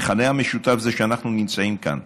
המכנה המשותף זה שאנחנו נמצאים כאן.